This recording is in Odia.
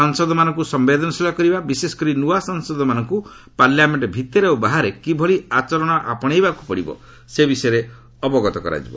ସାଂସଦମାନଙ୍କୁ ସମ୍ବେଦନଶୀଳ କରିବା ବିଶେଷକରି ନୂଆ ସାଂସଦମାନଙ୍କୁ ପାର୍ଲାମେଣ୍ଟ ଭିତରେ ଓ ବାହାରେ କିଭଳି ଆଚରଣ ଅପଶେଇବାକୁ ପଡ଼ିବ ସେ ବିଷୟରେ ଅବଗତ କରାଯିବ